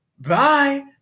bye